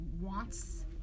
wants